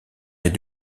est